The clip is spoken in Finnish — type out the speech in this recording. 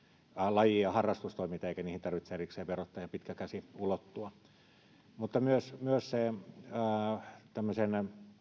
laji ja harrastustoimintaan eikä niihin tarvitse erikseen verottajan pitkän käden ulottua myös myös tämmöinen